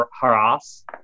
harass